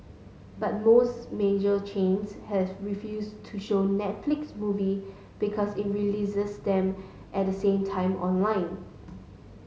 but most major chains has refused to show Netflix movie because it releases them at the same time online